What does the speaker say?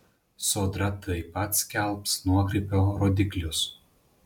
sodra taip pat skelbs nuokrypio rodiklius